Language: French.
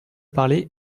parler